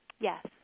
Yes